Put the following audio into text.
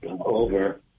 over